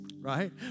right